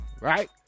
right